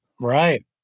Right